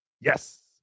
Yes